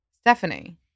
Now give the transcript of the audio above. Stephanie